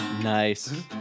Nice